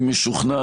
אני משוכנע,